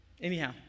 Anyhow